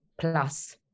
plus